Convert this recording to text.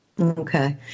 Okay